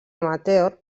amateur